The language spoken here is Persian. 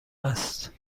است